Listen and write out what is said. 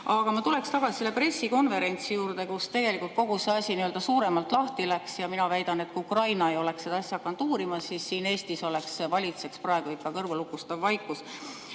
Aga ma tuleksin tagasi selle pressikonverentsi juurde, millest tegelikult kogu see asi suuremalt lahti läks. Ja mina väidan, et kui Ukraina ei oleks hakanud seda asja uurima, siis siin Eestis valitseks praegu ikka kõrvulukustav vaikus. Te